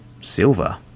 silver